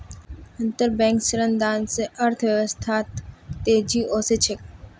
अंतरबैंक ऋणदान स अर्थव्यवस्थात तेजी ओसे छेक